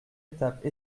étape